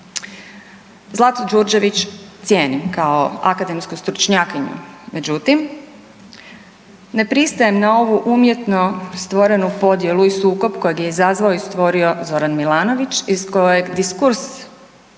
Zlatu Đurđević cijenim kao akademsku stručnjakinju, međutim ne pristajem na ovu umjetno stvorenu podjelu i sukob kojeg je izazvao i stvorio Zoran Milanović iz kojeg diskurs